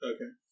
Okay